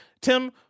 Tim